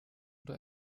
oder